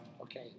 okay